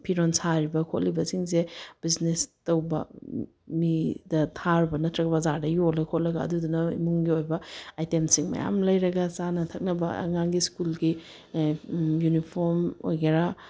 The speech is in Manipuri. ꯐꯤꯔꯣꯜ ꯁꯥꯔꯤꯕ ꯈꯣꯠꯂꯤꯕꯁꯤꯡꯁꯦ ꯕꯤꯖꯤꯅꯦꯁ ꯇꯧꯕ ꯃꯤꯗ ꯊꯥꯔꯨꯕ ꯅꯠꯇ꯭ꯔꯒ ꯕꯖꯥꯔꯗ ꯌꯣꯜꯂ ꯈꯣꯠꯂꯒ ꯑꯗꯨꯗꯨꯅ ꯏꯃꯨꯡꯒꯤ ꯑꯣꯏꯕ ꯑꯥꯏꯇꯦꯝꯁꯤꯡ ꯃꯌꯥꯝ ꯂꯩꯔꯒ ꯆꯥꯅ ꯊꯛꯅꯕ ꯑꯉꯥꯡꯒꯤ ꯁ꯭ꯀꯨꯜꯒꯤ ꯌꯨꯅꯤꯐꯣꯝ ꯑꯣꯏꯒꯦꯔꯥ